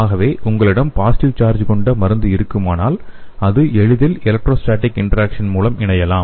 ஆகவே உங்களிடம் positive charge கொண்ட மருந்து இருக்குமானால் அது எளிதில் எலக்ட்ரோஸ்டாடிக் இன்டராக்சன் மூலம் இணையலாம்